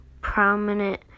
prominent